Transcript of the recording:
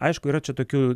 aišku yra čia tokių